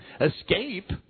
escape